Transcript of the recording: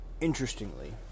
interestingly